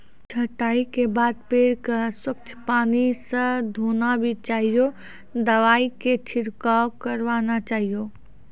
छंटाई के बाद पेड़ क स्वच्छ पानी स धोना भी चाहियो, दवाई के छिड़काव करवाना चाहियो